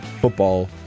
football